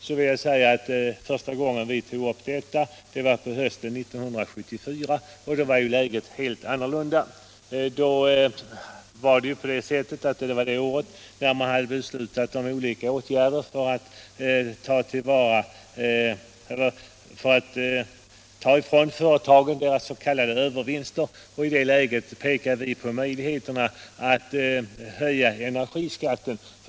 Jag vill framhålla att första gången vi förde fram detta var på hösten 1974, och då var läget helt annorlunda. Det året hade man ju beslutat om olika åtgärder för att ta ifrån företagen deras s.k. övervinster, och i detta läge pekade vi på möjligheterna att höja energiskatten.